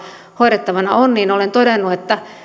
hoidettavana on olen todennut että